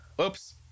Oops